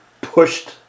pushed